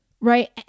Right